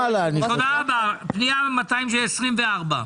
פנייה 224 224,